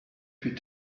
put